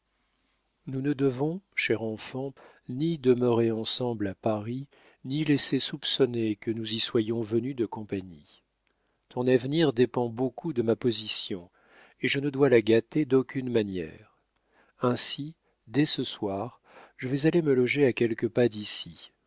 nous ne devons cher enfant ni demeurer ensemble à paris ni laisser soupçonner que nous y soyons venus de compagnie ton avenir dépend beaucoup de ma position et je ne dois la gâter d'aucune manière ainsi dès ce soir je vais aller me loger à quelques pas d'ici